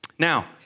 Now